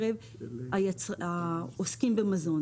אפשר לראות שיש עלייה משמעותית בקרב העוסקים במזון.